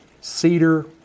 cedar